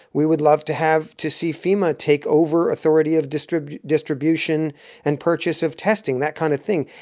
we would love to have to see fema take over authority of distribution distribution and purchase of testing, that kind of thing.